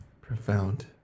Profound